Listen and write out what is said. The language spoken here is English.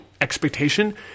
expectation